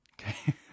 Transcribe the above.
Okay